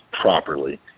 properly